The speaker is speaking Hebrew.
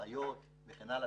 אחיות וכן הלאה.